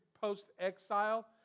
post-exile